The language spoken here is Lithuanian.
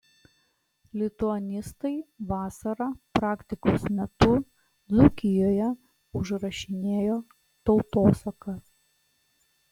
lituanistai vasarą praktikos metu dzūkijoje užrašinėjo tautosaką